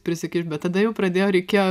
priskirpt bet tada jau pradėjo reikėjo